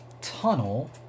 tunnel